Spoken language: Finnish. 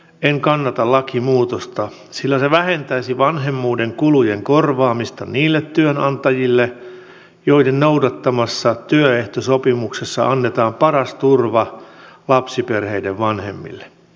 en kannata lakimuutosta sillä se vähentäisi vanhemmuuden kulujen korvaamista niille työnantajille joiden noudattamassa työehtosopimuksessa annetaan paras turva lapsiperheiden vanhemmille